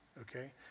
okay